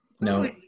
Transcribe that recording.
No